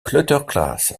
kleuterklas